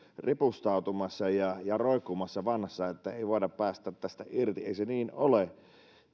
ripustautumassa ja ja roikkumassa vanhassa että emme voi päästää tästä irti ei se niin ole